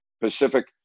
Pacific